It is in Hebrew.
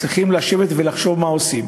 צריכים לשבת ולחשוב מה עושים.